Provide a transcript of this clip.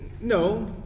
No